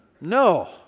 No